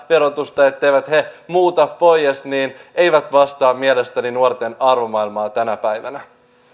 verotusta etteivät he muuta poies eivät vastaa mielestäni nuorten arvomaailmaa tänä päivänä